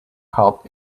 health